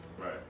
Right